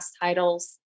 titles